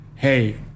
hey